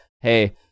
hey